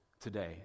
today